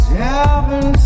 heaven